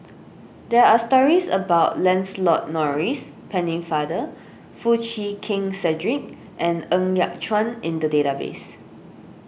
there are stories about Lancelot Maurice Pennefather Foo Chee Keng Cedric and Ng Yat Chuan in the database